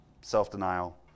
self-denial